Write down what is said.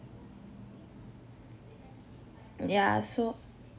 mm ya so